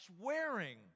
swearing